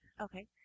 Okay